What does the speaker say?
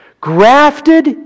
Grafted